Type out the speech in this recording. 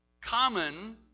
Common